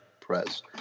Press